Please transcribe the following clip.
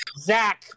Zach